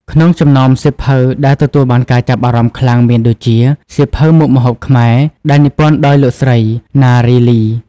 ក្នុងចំណោមសៀវភៅដែលទទួលបានការចាប់អារម្មណ៍ខ្លាំង មានដូចជា សៀវភៅមុខម្ហូបខ្មែរ ដែលនិពន្ធដោយលោកស្រី ណារី លី។